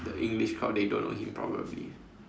the English crowd they don't know him probably